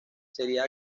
sería